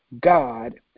God